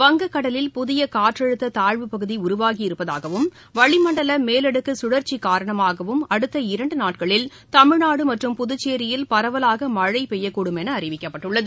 வங்கக் கடலில் புதிய காற்றழுத்த தாழ்வு பகுதி உருவாகி இருப்பதாகவும் வளி மண்டல மேலடுக்கு கழற்சி காரணமாகவும் அடுத்த இரண்டு நாட்களில் தமிழ்நாடு மற்றும் புதுச்சேரியில் பரவலாக மழை பெய்யக்கூடும் என அறிவிக்கப்பட்டுள்ளது